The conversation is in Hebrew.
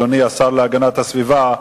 אדוני השר להגנת הסביבה,